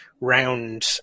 round